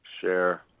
share